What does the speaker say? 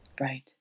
Right